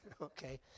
okay